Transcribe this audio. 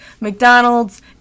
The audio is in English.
McDonald's